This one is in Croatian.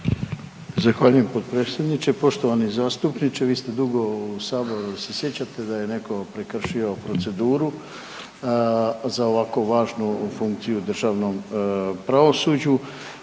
Zahvaljujem potpredsjedniče. Poštovani zastupniče vi ste dugo u saboru jel se sjećate da je netko prekršio proceduru za ovako važnu funkciju u državnom pravosuđu